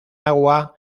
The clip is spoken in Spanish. agua